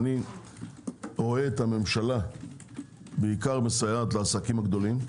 אני רואה את הממשלה בעיקר מסייעת לעסקים הגדולים,